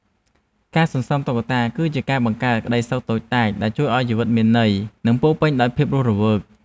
ការសន្សំតុក្កតា គឺជាការបង្កើតក្ដីសុខតូចតាច ដែលជួយឱ្យជីវិតមានន័យ និងពោរពេញដោយភាពរស់រវើក។